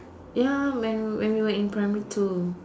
ya when when we were in primary two